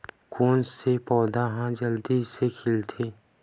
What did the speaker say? कोन से पौधा ह जल्दी से खिलथे?